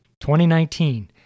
2019